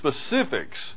specifics